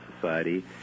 Society